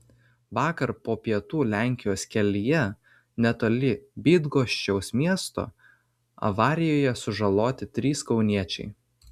vakar po pietų lenkijos kelyje netoli bydgoščiaus miesto avarijoje sužaloti trys kauniečiai